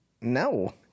No